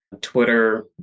Twitter